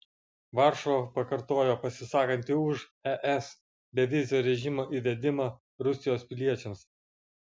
varšuva pakartojo pasisakanti už es bevizio režimo įvedimą rusijos piliečiams